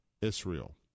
Israel